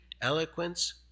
eloquence